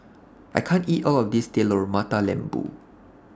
I can't eat All of This Telur Mata Lembu